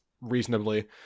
reasonably